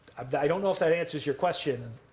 but i don't know if that answers your question,